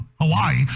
Hawaii